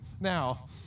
now